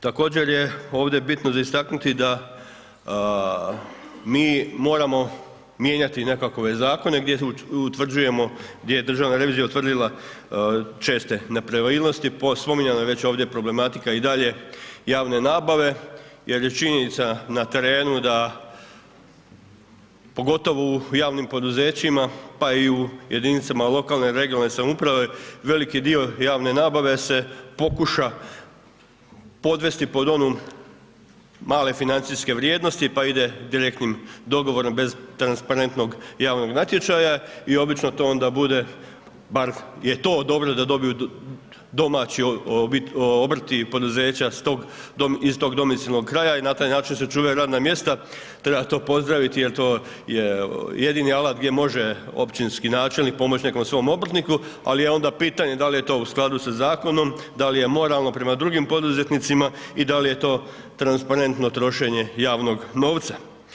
Također je ovdje bitno za istaknuti da mi moramo mijenjati nekakve zakone, gdje utvrđujemo gdje je Državna revizija utvrdila česte nepravilnosti, spominjana je ovdje već problematika i dalje javne nabave jer je činjenica na terenu da pogotovo u javnim poduzećima pa i u jedinicama lokalne i regionalne samouprave, veliki dio javne nabave se pokuša podvesti pod onu male financijske vrijednosti pa ide direktnim dogovorom bez transparentnog javnog natječaja i obično to onda bude bar je to dobro da dobiju domaći obrti i poduzeća iz tog domicilnog kraja i na taj način se čuvaju radna mjesta, treba to pozdraviti jer je to je jedini alat gdje može općinski načelnik pomoći nekom svom obrtniku ali je pitanje da li je to u skladu sa zakonom, da li je moralno prema drugim poduzetnicima i da li je to transparentno trošenje javnog novca.